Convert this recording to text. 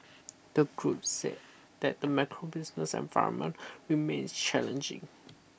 the group said that the macro business environment remains challenging